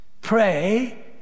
pray